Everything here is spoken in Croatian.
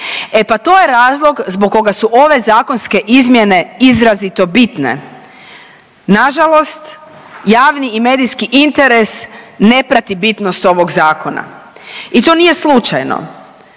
E pa to je razlog zbog koga su ove zakonske izmjene izrazito bitne. Nažalost javni i medijski interes ne prati bitnost ovog zakona. I to nije slučajno.